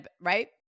right